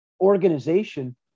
organization